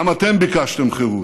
גם אתם ביקשתם חירות.